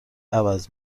عوض